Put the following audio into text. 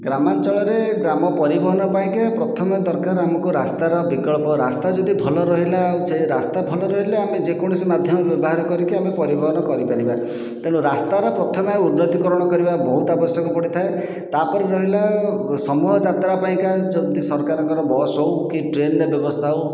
ଗ୍ରାମାଞ୍ଚଳରେ ଗ୍ରାମ ପରିବହନ ପାଇଁକି ପ୍ରଥମେ ଦରକାର ଆମକୁ ରାସ୍ତାର ବିକଳ୍ପ ରାସ୍ତା ଯଦି ଭଲ ରହିଲା ହେଉଛି ରାସ୍ତା ଭଲ ରହିଲେ ଆମେ ଯେକୌଣସି ମାଧ୍ୟମ ବ୍ୟବହାର କରିକି ଆମେ ପରିବହନ କରିପାରିବା ତେଣୁ ରାସ୍ତାର ପ୍ରଥମେ ଉନ୍ନତିକରଣ କରିବା ବହୁତ ଆବଶ୍ୟକ ପଡ଼ିଥାଏ ତା'ପରେ ରହିଲା ସମୂହ ଯାତ୍ରା ପାଇଁକା ଯଦି ସରକାରଙ୍କର ବସ୍ ହେଉ କି ଟ୍ରେନର ବ୍ୟବସ୍ଥା ହେଉ